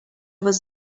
was